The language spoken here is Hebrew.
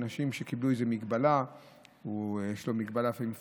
אנשים עם מגבלה פיזית,